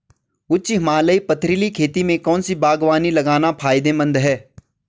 उच्च हिमालयी पथरीली खेती में कौन सी बागवानी लगाना फायदेमंद है?